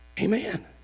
Amen